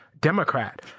Democrat